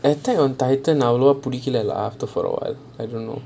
attack on titan அவ்ளோவா பிடிக்கலை:avlovaa pidikalai lah after for awhile I don't know